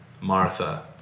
Martha